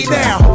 now